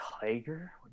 Tiger